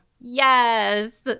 yes